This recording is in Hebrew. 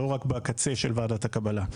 לא רק בקצה של ועדת הקבלה.